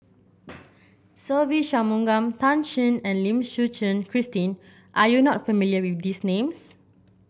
Se Ve Shanmugam Tan Shen and Lim Suchen Christine are you not familiar with these names